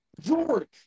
George